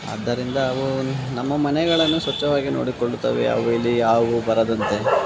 ಆದ್ದರಿಂದ ಅವು ನಮ್ಮ ಮನೆಗಳನ್ನು ಸ್ವಚ್ಛವಾಗಿ ನೋಡಿಕೊಳ್ಳುತ್ತವೆ ಅವು ಇಲಿ ಹಾವು ಬರದಂತೆ